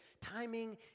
Timing